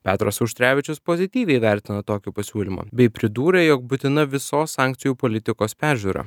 petras auštrevičius pozityviai vertina tokį pasiūlymą bei pridūrė jog būtina visos sankcijų politikos peržiūra